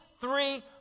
three